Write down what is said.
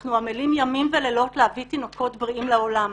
אנחנו עמלים ימים ולילות להביא תינוקות בריאים לעולם.